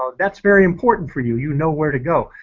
ah that's very important for you, you know where to go.